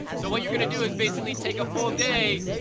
so what you're gonna do is basically take a full day,